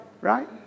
right